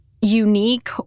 unique